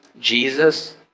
Jesus